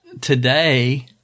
today